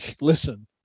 Listen